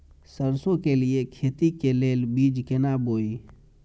सरसों के लिए खेती के लेल बीज केना बोई?